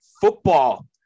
football